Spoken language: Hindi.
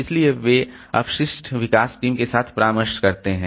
इसलिए वे अपशिष्ट विकास टीम के साथ परामर्श करते हैं